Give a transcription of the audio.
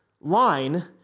line